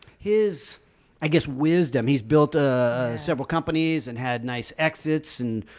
is i guess wisdom. he's built a several companies and had nice exits and,